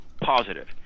Positive